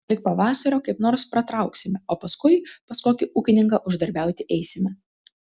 lig pavasario kaip nors pratrauksime o paskui pas kokį ūkininką uždarbiauti eisime